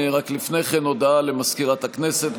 רק לפני כן הודעה למזכירת הכנסת,